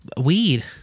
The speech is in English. weed